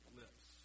lips